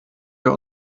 wir